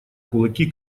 кулаки